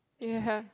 ya